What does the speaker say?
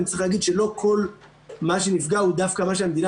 צריך להגיד שלא כל מה שנפגע הוא דווקא מה שהמדינה